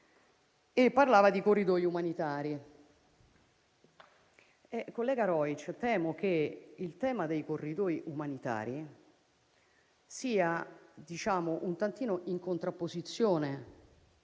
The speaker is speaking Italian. e di corridoi umanitari. Collega Rojc, temo che il tema dei corridoi umanitari sia un tantino in contrapposizione